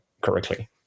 correctly